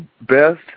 best